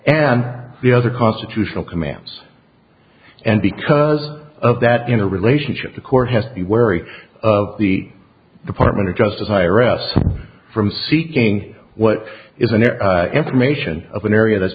and the other constitutional commands and because of that in a relationship the court has to be wary of the department of justice iris from seeking what is an information of an area that's